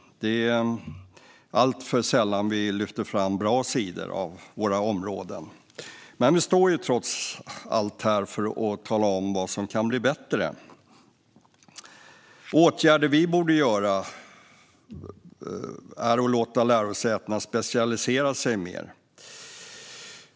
Det är alltför sällan vi lyfter fram våra goda sidor. Men nu står vi ju trots allt här för att tala om vad som kan bli bättre. En åtgärd vi borde vidta är att låta lärosätena specialisera sig mer.